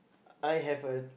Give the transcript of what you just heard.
I have a